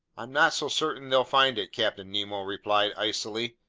i'm not so certain they'll find it, captain nemo replied icily.